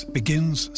begins